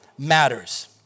matters